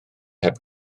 heb